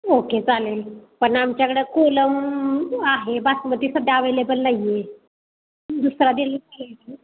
okay चालेल पण आमच्याकडं कोलम आहे बासमती सध्या आवेलेबल नाही आहे दुसरा